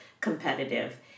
competitive